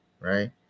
right